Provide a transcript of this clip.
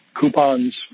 coupons